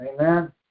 Amen